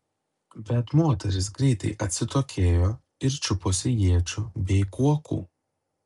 bet moterys greitai atsitokėjo ir čiuposi iečių bei kuokų